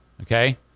Okay